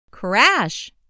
Crash